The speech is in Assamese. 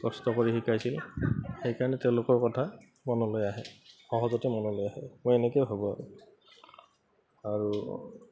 কষ্ট কৰি শিকাইছিল সেইকাৰণে তেওঁলোকৰ কথা মনলৈ আহে সহজতে মনলৈ আহে মই এনেকেই ভাবো আৰু